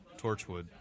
Torchwood